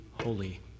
holy